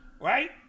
right